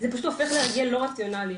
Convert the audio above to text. זה פשוט הופך להרגל לא רציונלי.